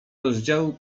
rozdziału